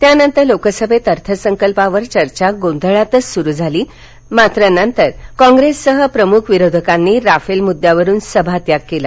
त्यानंतर लोकसभेत अर्थसंकल्पावर चर्चा गोंधळातच सुरू झाली मात्र नंतर कॉप्रेससह प्रमुख विरोधकांनी राफेल मुद्द्यावरून सभात्याग केला